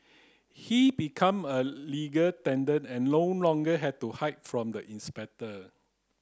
he become a legal tenant and no longer had to hide from the inspector